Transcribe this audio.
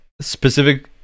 specific